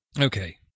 okay